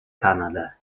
canada